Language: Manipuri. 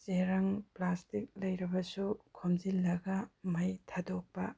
ꯆꯦꯔꯪ ꯄ꯭ꯂꯥꯁꯇꯤꯛ ꯂꯩꯔꯕꯁꯨ ꯈꯣꯝꯖꯤꯜꯂꯒ ꯃꯩ ꯊꯥꯗꯣꯛꯄ